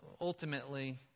ultimately